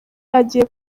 agiye